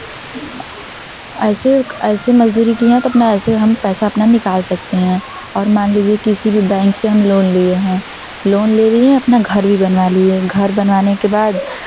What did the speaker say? ऐसे ऐसे मज़दूरी किए हैं तो अपना ऐसे हम पैसा अपना निकाल सकते हैं और मान लीजिए किसी भी बैंक से हम लोन लिए हैं लोन ले लिए हैं अपना घर भी बनवा लिए घर बनवाने के बाद